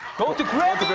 go to grammy.